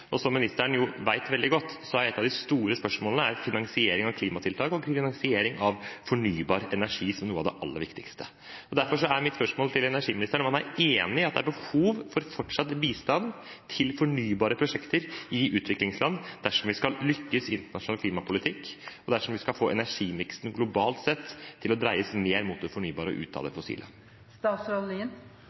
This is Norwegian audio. Som ministeren vet veldig godt, er et av de store spørsmålene finansiering av klimatiltak, og finansiering av fornybar energi som noe av det aller viktigste. Derfor er mitt spørsmål til energiministeren: Er han enig i at det er behov for fortsatt bistand til fornybare prosjekter i utviklingsland dersom vi skal lykkes i internasjonal klimapolitikk, og dersom vi skal få energimiksen globalt sett til å dreies mer mot det fornybare og ut av det